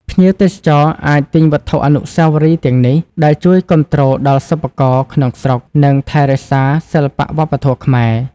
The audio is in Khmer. ភ្ញៀវទេសចរអាចទិញវត្ថុអនុស្សាវរីយ៍ទាំងនេះ ដែលជួយគាំទ្រដល់សិប្បករក្នុងស្រុក និងថែរក្សាសិល្បៈវប្បធម៌ខ្មែរ។